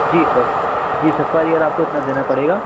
जी sir जी sir per year आपको इतना देना पड़ेगा